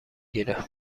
گیره